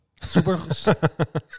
Super